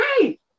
great